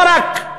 מה,